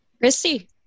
Christy